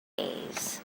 days